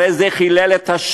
הרי זה חילל את השם,